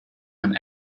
man